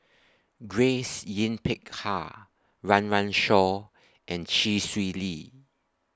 Grace Yin Peck Ha Run Run Shaw and Chee Swee Lee